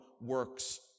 works